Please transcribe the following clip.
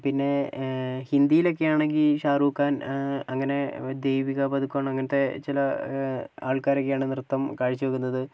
പിന്നെ ഹിന്ദിയിലൊക്കെ ആണെങ്കിൽ ഷാരൂഖ് ഖാൻ അങ്ങനെ ദീപിക പദുക്കോൺ അങ്ങനത്തെ ചില ആൾക്കാരൊക്കെയാണ് നൃത്തം കാഴ്ച വെക്കുന്നത്